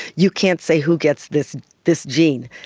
you can't say who gets this this gene.